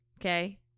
Okay